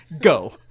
Go